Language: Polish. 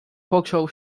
począł